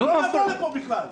לא נבוא לפה בכלל.